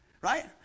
Right